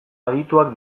adituak